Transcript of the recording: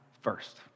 first